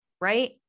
right